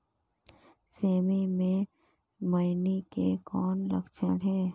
सेमी मे मईनी के कौन लक्षण हे?